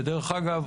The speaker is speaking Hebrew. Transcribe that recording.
ודרך אגב,